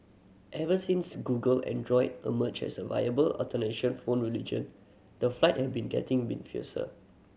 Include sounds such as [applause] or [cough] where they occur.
ever since Google Android emerged as a viable alternation phone religion the flight had been getting [unintelligible] fiercer